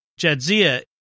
Jadzia